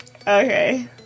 Okay